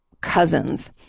cousins